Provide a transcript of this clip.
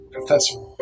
Professor